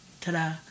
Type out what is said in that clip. Ta-da